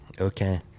Okay